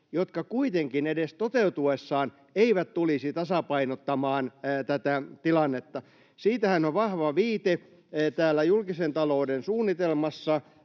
jotka kuitenkaan edes toteutuessaan eivät tulisi tasapainottamaan tätä tilannetta. Siitähän on vahva viite täällä julkisen talouden suunnitelmassa